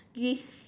this